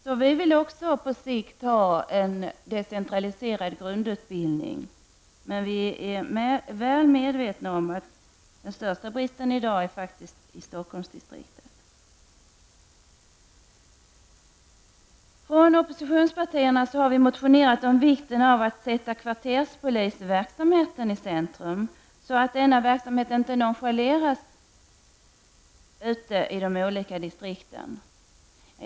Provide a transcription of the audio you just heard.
Vi i centern vill också på sikt ha en decentraliserad grundutbildning, men vi är väl medvetna om att den största bristen i dag finns i Stockholmsdistriktet. Från oppositionens sida har vi väckt motioner om vikten av att sätta kvarterspolisverksamheten i centrum så att denna verksamhet inte nonchaleras i de olika distrikten.